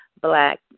black